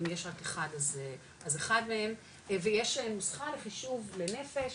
אם יש רק אחד אז אחד מהם ויש נוסחה לחישוב לנפש,